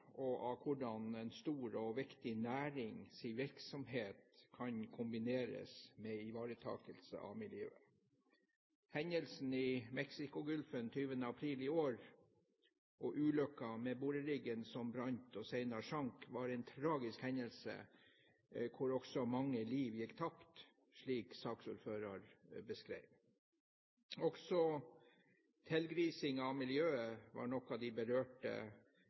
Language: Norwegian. og av hvordan en stor og viktig nærings virksomhet kan kombineres med ivaretakelse av miljøet. Hendelsen i Mexicogolfen 20. april i år og ulykken med boreriggen som brant og senere sank, var en tragisk hendelse, hvor også mange liv gikk tapt, slik saksordføreren beskrev. Også tilgrisingen av miljøet var noe de berørte